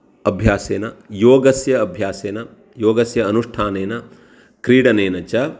अभ्यासेन योगस्य अभ्यासेन योगस्य अनुष्ठानेन क्रीडनेन च